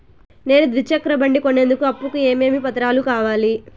నేను ద్విచక్ర బండి కొనేందుకు అప్పు కు ఏమేమి పత్రాలు కావాలి?